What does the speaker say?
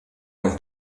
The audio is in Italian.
non